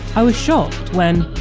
i was shocked when,